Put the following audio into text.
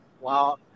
wow